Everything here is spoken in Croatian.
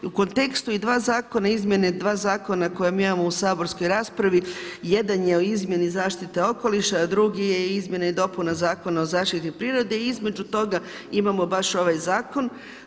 I u kontekstu 2 zakona i izmjene 2 zakona koju mi imamo u saborskoj raspravi, jedan je o izmjeni zaštite okoliša, a drugi je izmjeni i dopuni Zakona o zaštiti prirode i između toga imamo baš ovaj zakon.